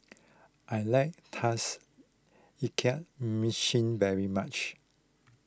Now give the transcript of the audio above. I like Tauges Ikan Masin very much